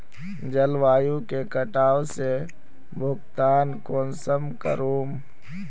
जलवायु के कटाव से भुगतान कुंसम करूम?